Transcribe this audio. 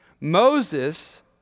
Moses